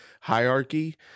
hierarchy